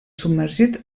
submergit